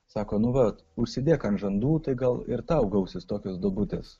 sako nu vat užsidėk ant žandų tai gal ir tau gausis tokios duobutės